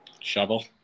Shovel